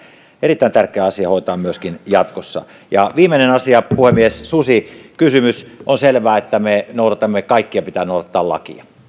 erittäin tärkeä asia hoitaa myöskin jatkossa viimeinen asia puhemies susikysymys on selvää että me noudatamme lakia kaikkien pitää noudattaa